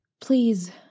please